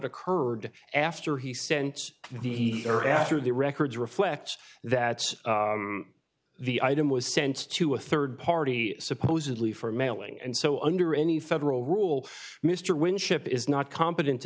occurred after he sent the or after the records reflect that the item was sent to a rd party supposedly for mailing and so under any federal rule mr winship is not competent to